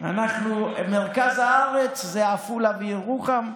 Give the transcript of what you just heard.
מרכז הארץ זה עפולה וירוחם.